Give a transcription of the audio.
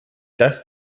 das